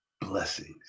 blessings